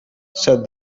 said